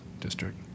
District